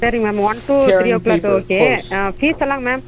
சரி ma'am one two three o'clock okay ஃபீஸெல்லாம் ma'am